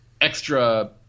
extra –